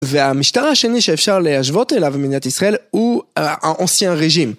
והמשטר השני שאפשר להשוות אליו במדינת ישראל הוא האנסיין רג'ים.